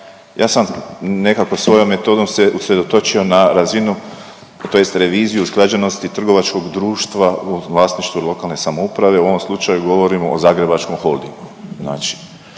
ja sam nekako svojom metodom se usredotočio na razinu tj. reviziju usklađenosti trgovačkog društva u vlasništvu lokalne samouprave u ovom slučaju govorimo o Zagrebačkom holdingu